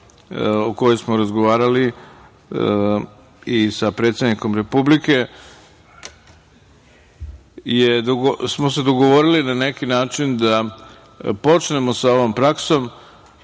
o kojoj smo razgovarali i sa predsednikom Republike, dogovorili na neki način da počnemo sa ovom praksom